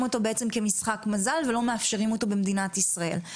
אותו כמשחק מזל ולא מאפשרים אותו במדינת ישראל.